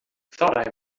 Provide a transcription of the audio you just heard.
thought